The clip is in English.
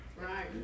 Right